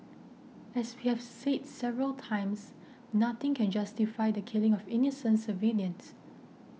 as we have said several times nothing can justify the killing of innocent civilians